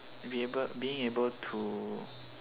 be able being able to